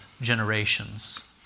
generations